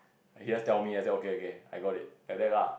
he just tell me I said okay okay I got it like that lah